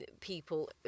People